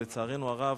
לצערנו הרב,